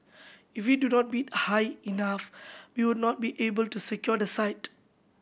if we do not bid high enough we would not be able to secure the site